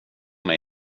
mig